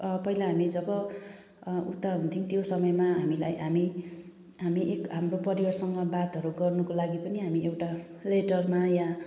पहिला हामी न उता हुन्थ्यौँ त्यो समयमा हामीलाई हामी एक हाम्रो परिवारसँग बातहरू गर्नुको लागि पनि हामी एउटा लेटरमा या